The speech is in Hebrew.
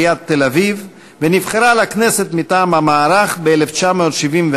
תל-אביב ונבחרה לכנסת מטעם המערך ב-1974,